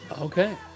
okay